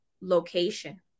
location